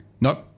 Nope